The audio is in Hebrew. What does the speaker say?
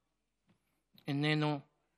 איננו,